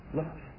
love